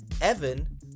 Evan